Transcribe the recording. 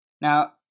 Now